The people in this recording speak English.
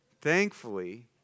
Thankfully